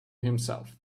himself